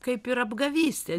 kaip ir apgavystė